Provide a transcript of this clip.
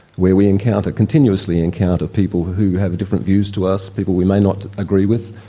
where we encounter, continuously encounter people who have different views to us, people we may not agree with,